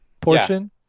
portion